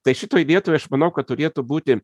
tai šitoj vietoj aš manau kad turėtų būti